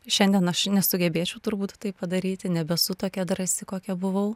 šiandien aš nesugebėčiau turbūt tai padaryti nebesu tokia drąsi kokia buvau